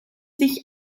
sich